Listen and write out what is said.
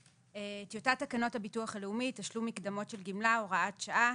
טיוטת תקנות הביטוח הלאומי (תשלום מקדמות של גימלה)(הוראת שעה),